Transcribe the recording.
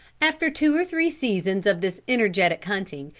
after two or three seasons of this energetic hunting,